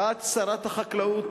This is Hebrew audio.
ואת שרת החקלאות,